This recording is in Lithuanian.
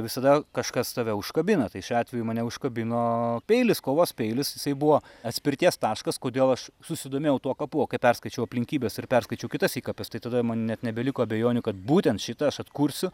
visada kažkas tave užkabina tai šiuo atveju mane užkabino peilis kovos peilis jisai buvo atspirties taškas kodėl aš susidomėjau tuo kapu o kai perskaičiau aplinkybes ir perskaičiau kitas įkapes tai tada man net nebeliko abejonių kad būtent šitą aš atkursiu